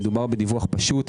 מדובר בדיווח פשוט.